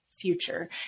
future